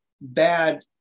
bad